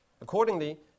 Accordingly